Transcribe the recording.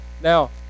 Now